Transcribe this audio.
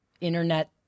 internet